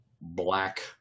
black